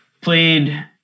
Played